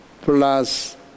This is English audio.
plus